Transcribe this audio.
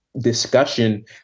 discussion